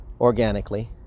organically